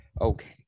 Okay